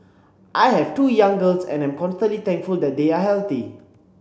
I have two young girls and am constantly thankful that they are healthy